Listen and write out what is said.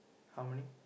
how many